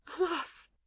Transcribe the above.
Alas